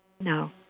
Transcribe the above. No